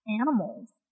animals